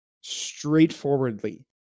straightforwardly